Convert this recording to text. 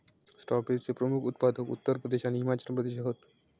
स्ट्रॉबेरीचे प्रमुख उत्पादक उत्तर प्रदेश आणि हिमाचल प्रदेश हत